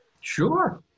Sure